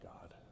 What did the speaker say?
God